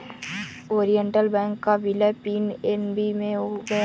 Oriental bank का विलय PNB में हो गया है